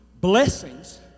blessings